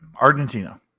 Argentina